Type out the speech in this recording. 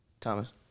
Thomas